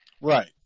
Right